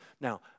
Now